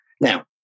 Now